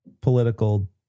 political